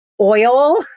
oil